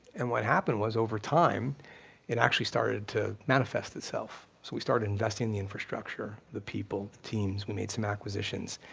and what happened was over time it actually started to manifest itself. so we started investing the infrastructure, the people, the teams, we made some acquisitions.